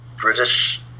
British